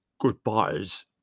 goodbyes